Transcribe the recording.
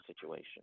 situation